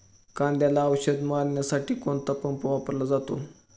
कांद्याला औषध मारण्यासाठी कोणता पंप वापरला जातो?